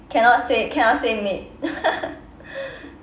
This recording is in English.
cannot say cannot say maid